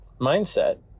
mindset